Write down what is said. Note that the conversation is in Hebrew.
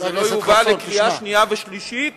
שזה לא יובא לקריאה שנייה ולקריאה שלישית